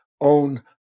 own